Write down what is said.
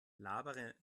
labere